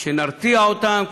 כשנרתיע אותם,